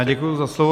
Děkuji za slovo.